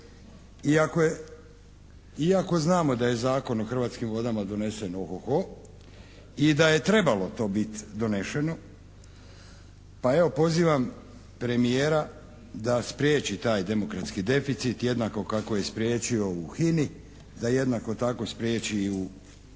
iako znamo da je Zakon o hrvatskim vodama donesen ohoho i da je trebalo to biti donešeno pa evo pozivam premijera da spriječi taj demokratski deficit jednako kako je spriječio ovo u HINA-i da jednako tako spriječi i u … **Šeks,